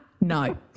No